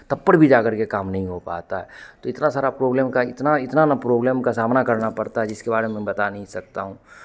तब पर भी जाकर के काम नहीं हो पाता है तो इतना सारा प्रॉब्लम का इतना इतना ना प्रॉब्लम का सामना करना पड़ता है जिसके बारे में मैं बता नहीं सकता हूँ